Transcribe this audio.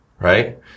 right